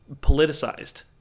politicized